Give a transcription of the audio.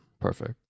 perfect